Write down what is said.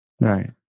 Right